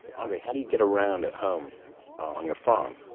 andre, how do you get around at home on your farm?